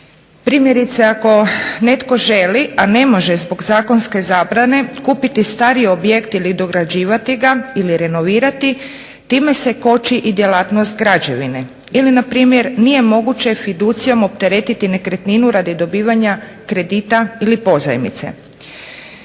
Primjerice ako netko želi, a ne može zbog zakonske zabrane kupiti stari objekt ili dograđivati ga ili renovirati time se koči i djelatnost građevine. Ili npr. nije moguće fiducijom opteretiti nekretninu radi dobivanja kredita ili pozajmice.